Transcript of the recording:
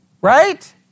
right